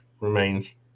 remains